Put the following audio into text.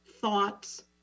thoughts